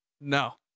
No